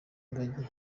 ngagi